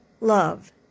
love